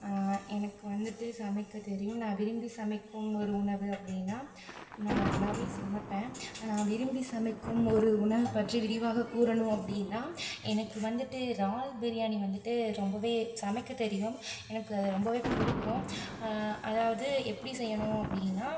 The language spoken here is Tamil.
எனக்கு வந்துட்டு சமைக்கத் தெரியும் நான் விரும்பி சமைக்கும் ஒரு உணவு அப்படின்னா நான் நல்லாவே சமைப்பேன் நான் விரும்பி சமைக்கும் ஒரு உணவு பற்றி விரிவாக கூறணும் அப்படின்னா எனக்கு வந்துட்டு இறால் பிரியாணி வந்துட்டு ரொம்பவே சமைக்கத் தெரியும் எனக்கு அது ரொம்பவே பிடிக்கும் அதாவது எப்படி செய்யணும் அப்படினா